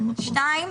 דבר שני,